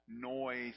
noise